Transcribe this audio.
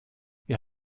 wir